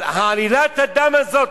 אבל עלילת הדם הזאת,